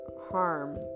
harm